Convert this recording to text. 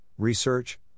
research